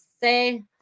Say